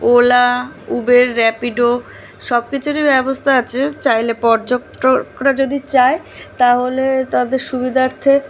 OLA Uber Rapido সব কিছুরই ব্যবস্থা আছে চাইলে পর্যটকরা যদি চায় তাহলে তাদের সুবিদার্থে